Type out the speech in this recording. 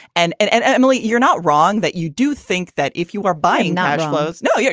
and and and emily. you're not wrong that you do think that if you are buying nightclothes. no, you're